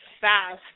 fast